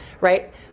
right